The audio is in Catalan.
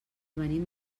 venim